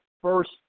first